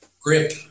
Grip